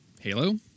Halo